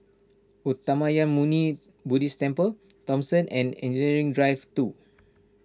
Uttamayanmuni Buddhist Temple Thomson and Engineering Drive two